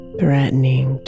threatening